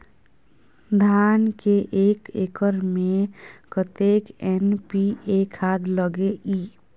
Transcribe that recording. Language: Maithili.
धान के एक एकर में कतेक एन.पी.ए खाद लगे इ?